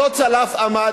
אותו צלף עמד,